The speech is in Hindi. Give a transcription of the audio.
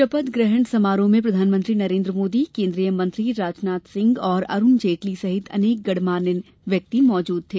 शपथ ग्रहण समारोह में प्रधानमंत्री नरेन्द्र मोदी केन्द्रीय मंत्री राजनाथ सिंह और अरूण जेटली सहित अनेक गणमान्य व्यक्ति मौजूद थे